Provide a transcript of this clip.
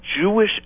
Jewish